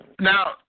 Now